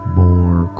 more